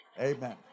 Amen